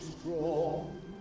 strong